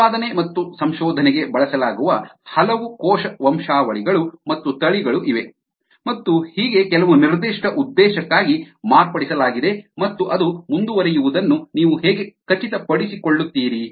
ಉತ್ಪಾದನೆ ಮತ್ತು ಸಂಶೋಧನೆಗೆ ಬಳಸಲಾಗುವ ಹಲವು ಕೋಶ ವಂಶಾವಳಿಗಳು ಮತ್ತು ತಳಿಗಳು ಇವೆ ಮತ್ತು ಹೀಗೆ ಕೆಲವು ನಿರ್ದಿಷ್ಟ ಉದ್ದೇಶಕ್ಕಾಗಿ ಮಾರ್ಪಡಿಸಲಾಗಿದೆ ಮತ್ತು ಅದು ಮುಂದುವರಿಯುವುದನ್ನು ನೀವು ಹೇಗೆ ಖಚಿತಪಡಿಸಿಕೊಳ್ಳುತ್ತೀರಿ